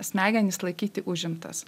smegenis laikyti užimtas